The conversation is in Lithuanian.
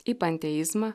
į panteizmą